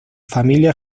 familia